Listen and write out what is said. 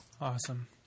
Awesome